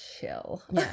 chill